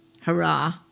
hurrah